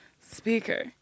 Speaker